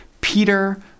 Peter